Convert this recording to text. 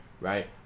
right